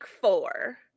four